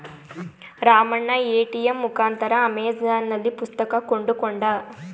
Ramanna ATM ಮುಖಾಂತರ ಅಮೆಜಾನ್ನಲ್ಲಿ ಪುಸ್ತಕ ಕೊಂಡುಕೊಂಡ